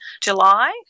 July